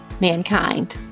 mankind